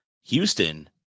Houston